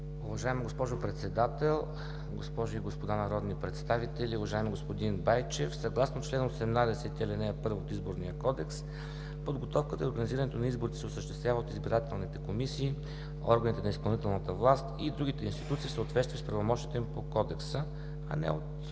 Уважаема госпожи Председател, госпожи и господа народни представители! Уважаеми господин Байчев, съгласно чл. 18, ал. 1 от Изборния кодекс, подготовката и организирането на изборите се осъществява от избирателните комисии, органите на изпълнителната власт и другите институции в съответствие с правомощията им по Кодекса, а не от